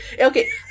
Okay